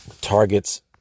targets